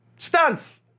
Stunts